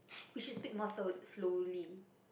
we should speak more slow~ slowly